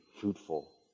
fruitful